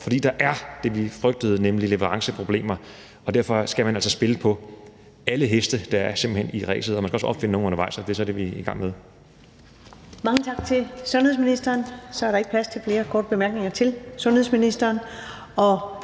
for der er det, vi frygtede, nemlig leveranceproblemer, og derfor skal man altså simpelt hen spille på alle heste, der er i ræset, og man skal også opfinde nogle undervejs, og det er så det, vi er i gang med. Kl. 15:05 Første næstformand (Karen Ellemann): Mange tak til sundhedsministeren. Så er der ikke plads til flere korte bemærkninger til sundhedsministeren,